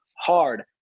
hard